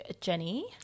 jenny